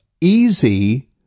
easy